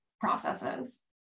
processes